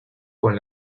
con